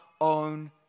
own